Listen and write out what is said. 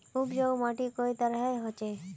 उपजाऊ माटी कई तरहेर होचए?